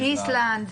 פינלנד.